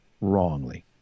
wrongly